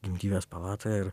gimdyvės palatoje ir